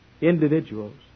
individuals